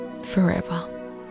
forever